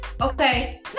Okay